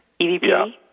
EVP